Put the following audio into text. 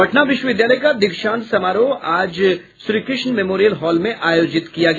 पटना विश्वविद्यालय का दीक्षांत समारोह आज शाम श्रीकृष्ण मेमोरियल हॉल में आयोजित किया गया